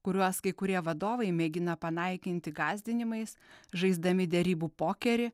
kuriuos kai kurie vadovai mėgina panaikinti gąsdinimais žaisdami derybų pokerį